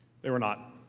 they were not.